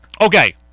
Okay